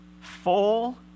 Full